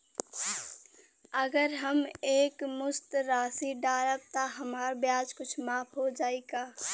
अगर हम एक मुस्त राशी डालब त हमार ब्याज कुछ माफ हो जायी का?